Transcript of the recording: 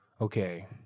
okay